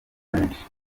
benshi